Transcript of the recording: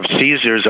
Caesars